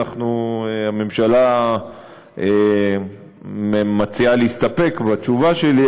הממשלה מציעה להסתפק בתשובה שלי,